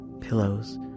pillows